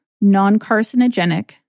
non-carcinogenic